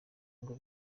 ngo